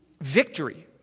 victory